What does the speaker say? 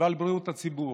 ועל בריאות הציבור.